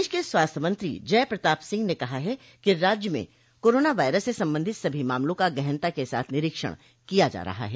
प्रदेश के स्वास्थ्य मंत्री जय प्रताप सिंह ने कहा कि राज्य में कोरोना वायरस से संबंधित सभी मामलों का गहनता के साथ निरीक्षण किया जा रहा है